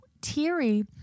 teary